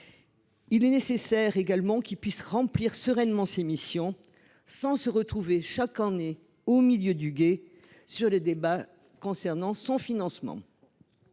Il est nécessaire que celui-ci puisse remplir sereinement ses missions sans se retrouver chaque année au milieu du gué, compte tenu des débats concernant son financement.